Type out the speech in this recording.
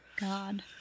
god